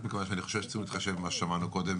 בגלל שאני חושב שצריך להתחשב במה ששמענו קודם